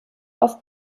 auf